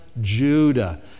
Judah